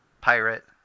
Pirate